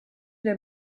der